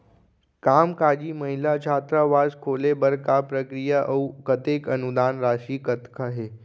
कामकाजी महिला छात्रावास खोले बर का प्रक्रिया ह अऊ कतेक अनुदान राशि कतका हे?